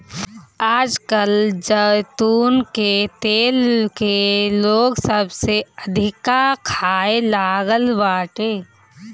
आजकल जैतून के तेल के लोग सबसे अधिका खाए लागल बाटे